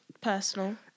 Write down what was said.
Personal